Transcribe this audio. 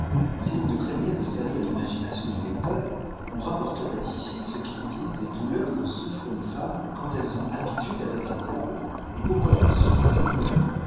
si l'on ne craignait de salir l'imagination du lecteur on rapporterait ici ce qu'ils disent des douleurs que souffrent les femmes quand elles ont habitude avec lés diables et pourquoi elles souffrent ces douleurs